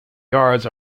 guards